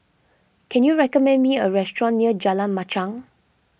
can you recommend me a restaurant near Jalan Machang